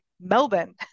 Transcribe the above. Melbourne